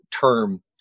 term